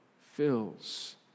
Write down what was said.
fills